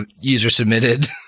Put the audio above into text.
user-submitted